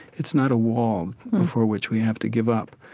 it's not a wall before which we have to give up,